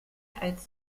als